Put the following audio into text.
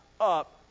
up